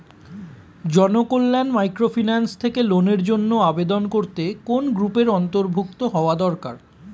Janakalyan microfinance থেকে লোনের জন্য আবেদন করতে কোন গ্রুপের অন্তর্ভুক্ত হওয়া দরকার?